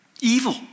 Evil